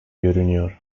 görünüyor